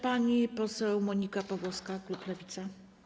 Pani poseł Monika Pawłowska, klub Lewica.